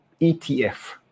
ETF